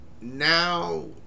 now